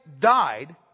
died